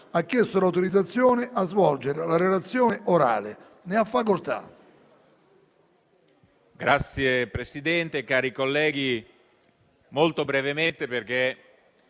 ha chiesto l'autorizzazione a svolgere la relazione orale. Non facendosi